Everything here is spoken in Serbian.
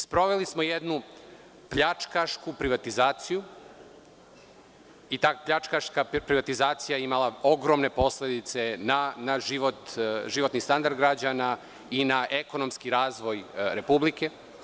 Sproveli smo jednu pljačkašku privatizaciju i ta pljačkaška privatizacija je imala ogromne posledice na životni standard građana i ekonomski razvoj Republike.